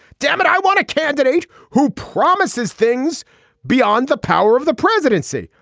dammit i want a candidate who promises things beyond the power of the presidency.